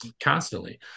constantly